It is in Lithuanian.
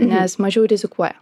nes mažiau rizikuoja